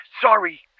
sorry